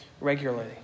regularly